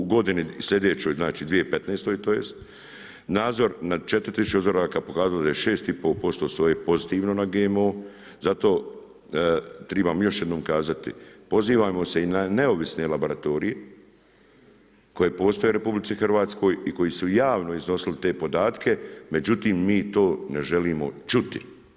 U godini sljedećoj znači 2015. tj. nazor nad 4000 uzoraka, pokazalo je da je 6,5% soje pozitivno na GMO, zato, trebam još jednom kazati, pozivam se i na neovisne laboratorije, koji postoje u RH i koji su javno iznosili te podatke, međutim, mi to ne želimo ćuti.